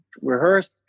rehearsed